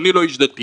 אני לא איש דתי